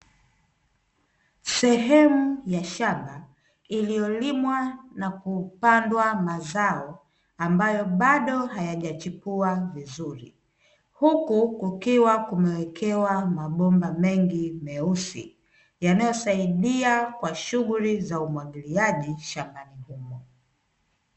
Sehemu ya shamba iliyolimwa na kupandwa mazao ambayo bado hayajachipua vizuri, huku kukiwa kumewekewa mabomba mengi meusi yanayosaidia kwa shughuli za umwagiliaji shambani humo.